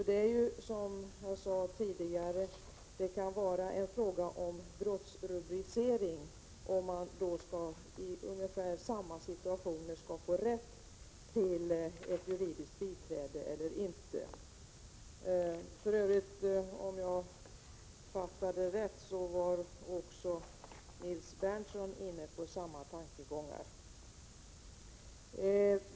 Som jag sade tidigare kan det vara en fråga om brottsrubricering, om man i ungefär samma situationer skall få rätt till juridiskt biträde eller inte. Om jag förstod rätt var också Nils Berndtson inne på samma tankegångar.